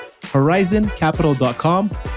horizoncapital.com